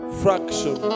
fraction